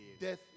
death